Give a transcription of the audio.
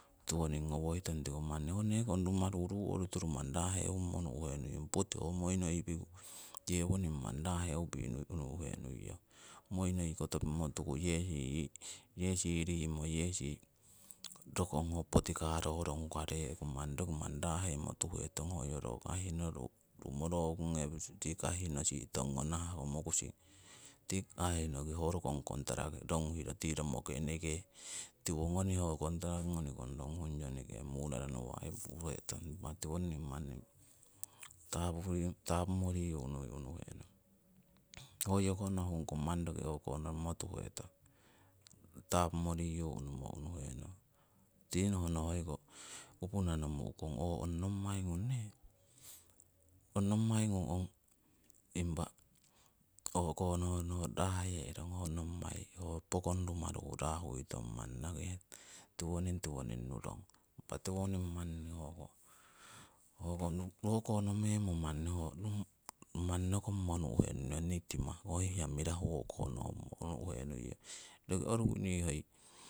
Tiwoning ngowoitong tiko manni ho nekong rumaru ruu orutiru manni raahewungmo nuhhe niuyong poti ho moii noii piku, yewoning manni rehupih nuh nuhe niuyong moi noi kotp pimmo tuku yesi rimo yesin rokong ho poti kaarorong hukare'ku roki manni raa'heimo tuhetong hoiyo ro kahihnno tingii rumo rookunnee tii kahihnno sinutongkong nahahko mookusing tiki kaahihnno ho rokong kontaraka ronghiro tii romoki eneke tiwo ongnii oh gnoniikong kontaraka ronghungyo muuraro nawah, aii puuhetong impah tiwononing manni tapumo ree yuu unuii unuhenong hoyoko nohungkong manni roki oko gnomumo tuhetong taapumo riyu unumo unuhenong. Tinonhno hoiko kuupuna nomu'kong ooh ong nommai ngung nee ong nommai ngung impa o'ko ngongyo raa'hee'rong, ho nommai ho pookong rumaru raa'huitong manni noki tiwoning tiwoning nurong, impa tiwoning manni hoko o'konomengmo manni ho nokommo nii timahko hoi hiya mirahu o'ko nongmo nu'nu'henuiyong roki roruki nii hoi